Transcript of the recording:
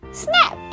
snap